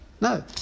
No